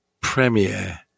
premiere